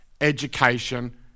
education